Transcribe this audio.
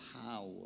power